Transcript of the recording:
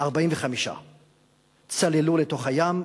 45 צללו לתוך הים,